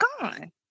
gone